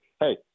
hey